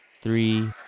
Three